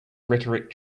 rhetoric